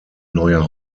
neue